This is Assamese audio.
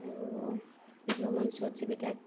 আৰু বিহু মঞ্চত যিবিলাক